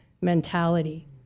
mentality